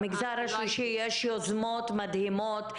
במגזר השלישי יש יוזמות מדהימות,